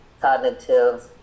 cognitive